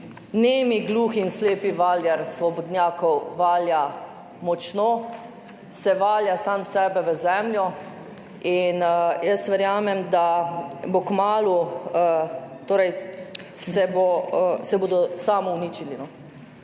nemi, gluhi in slepi valjar svobodnjakov valja, močno se valja sam sebe v zemljo. In jaz verjamem, da bo kmalu, torej se bo, se bodo samouničili,